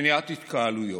מניעת התקהלויות.